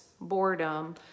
boredom